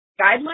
Guidelines